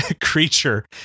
creature